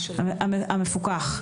המפוקח?